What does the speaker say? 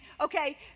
okay